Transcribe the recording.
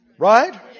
Right